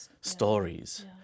stories